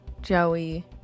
Joey